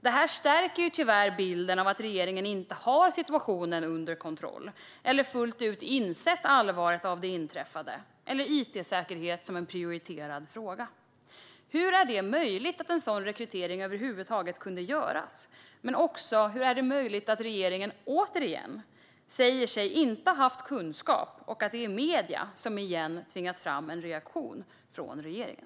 Det stärker tyvärr bilden av att regeringen inte har situationen under kontroll eller fullt ut har insett allvaret av det inträffade - eller av it-säkerhet som prioriterad fråga. Hur är det möjligt att en sådan rekrytering över huvud taget kunde göras? Hur är det dessutom möjligt att regeringen återigen säger sig inte ha haft kunskap och att det än en gång är medierna som har tvingat fram en reaktion från regeringen?